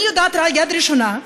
אני יודעת מיד ראשונה,